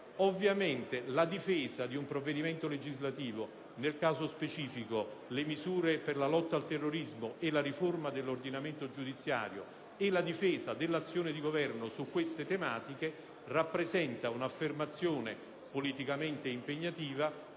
Ovviamente, la difesa di un provvedimento legislativo - nel caso specifico, le misure per la lotta al terrorismo e la riforma dell'ordinamento giudiziario - e dell'azione di governo su queste tematiche rappresentano un'affermazione politicamente impegnativa,